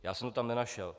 Já jsem to tam nenašel.